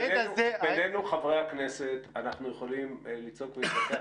בינינו חברי הכנסת אנחנו יכולים לצעוק ולהתווכח,